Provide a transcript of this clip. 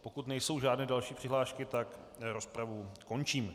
Pokud nejsou žádné další přihlášky, rozpravu končím.